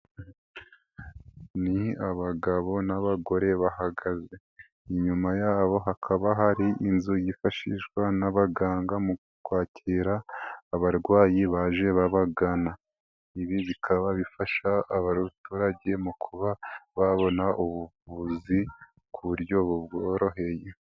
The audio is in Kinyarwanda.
Ni abagabo n'abagore bahagaze, inyuma yabo hakaba hari inzu yifashishwa n'abaganga mu kwakira abarwayi baje babagana, ibi bikaba bifasha abaturage mu kuba babona ubuvuzi ku buryo boroheye.